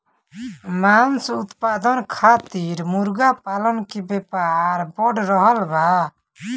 मांस उत्पादन खातिर मुर्गा पालन के व्यापार बढ़ रहल बा